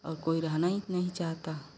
और कोई रहना ही नहीं चाहता